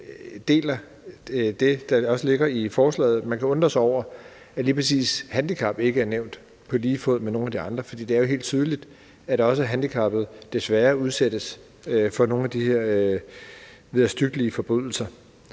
dele det, der ligger i forslaget. Man kan undre sig over, at lige præcis handicap ikke er nævnt på lige fod med nogle af de andre, for det er jo helt tydeligt, at også handicappede desværre udsættes for nogle af de her vederstyggelige forbrydelser,